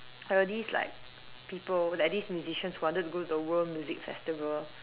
there were these like people like these musicians who wanted to go to a world music festival